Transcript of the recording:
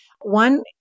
one